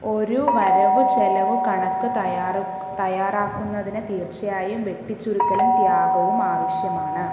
ഒരു വരവു ചിലവ് കണക്ക് തയ്യാറാക്കുന്നതിന് തീർച്ചയായും വെട്ടിച്ചുരുക്കലും ത്യാഗവും ആവശ്യമാണ്